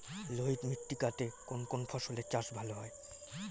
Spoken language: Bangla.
লোহিত মৃত্তিকা তে কোন কোন ফসলের চাষ ভালো হয়?